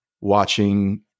watching